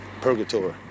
purgatory